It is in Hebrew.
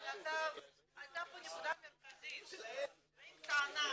הישיבה ננעלה